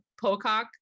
Pocock